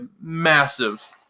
massive